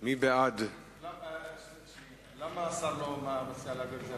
למה השר לא מציע להעביר את זה